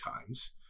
times